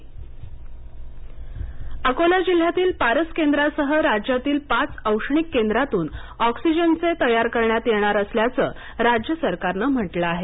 औष्णिक केंद्र ऑक्सिजन अकोला जिल्ह्यातील पारस केंद्रासह राज्यातील पाच औष्णिक केंद्रातून ऑक्सिजन तयार करण्यात येणार असल्याचं राज्य सरकारनं म्हटलं आहे